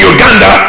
Uganda